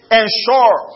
ensure